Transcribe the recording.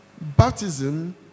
baptism